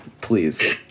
please